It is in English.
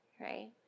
right